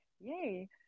Yay